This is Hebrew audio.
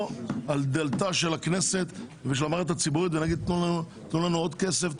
אל דלתה של הכנסת ושל המערכת הציבורית ונאמר תנו לנו עוד כסף,